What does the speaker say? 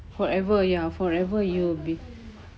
forever ya forever you be